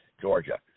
Georgia